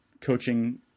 coaching